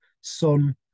Sun